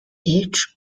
each